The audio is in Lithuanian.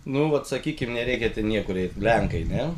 nu vat sakykim nereikia niekur eiti lenkai ne